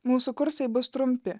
mūsų kursai bus trumpi